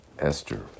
Esther